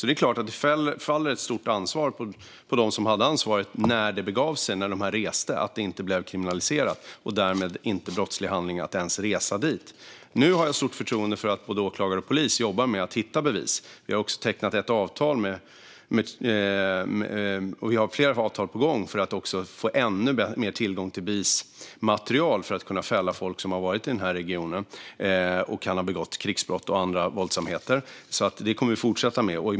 Det är klart att det faller ett stort ansvar på dem som hade regeringsansvaret när det begav sig och de här personerna reste för att det inte blev kriminaliserat och därmed inte blev en brottslig handling att resa dit. Nu har jag stort förtroende för att både åklagare och polis jobbar med att hitta bevis. Vi har också tecknat ett avtal - och har flera avtal på gång - för att skaffa oss ännu bättre tillgång till bevismaterial i syfte att kunna fälla folk som har varit i den här regionen och kan ha begått krigsbrott och andra våldsamheter. Detta kommer vi att fortsätta med.